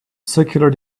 circular